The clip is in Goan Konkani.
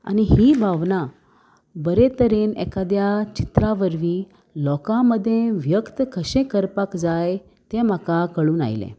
आनी ही भावना बरे तरेन एकाद्या चित्रां वरवीं लोकां मदें व्यक्त कशें करपाक जाय तें म्हाका कळून आयलें